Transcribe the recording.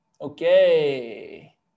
Okay